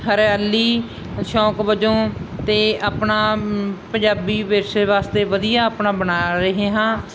ਹਰਿਆਲੀ ਸ਼ੌਕ ਵਜੋਂ ਅਤੇ ਆਪਣਾ ਪੰਜਾਬੀ ਵਿਰਸੇ ਵਾਸਤੇ ਵਧੀਆ ਆਪਣਾ ਬਣਾ ਰਹੇ ਹਾਂ